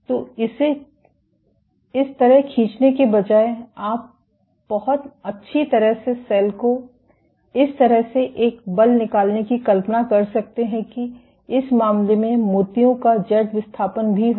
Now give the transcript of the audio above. तो इस तरह खींचने के बजाय आप बहुत अच्छी तरह से सेल को इस तरह से एक बल निकालने की कल्पना कर सकते हैं कि इस मामले में मोतियों का जेड विस्थापन भी होगा